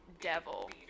devil